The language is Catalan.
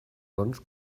bons